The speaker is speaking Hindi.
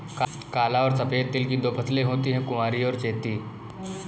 काला और सफेद तिल की दो फसलें होती है कुवारी और चैती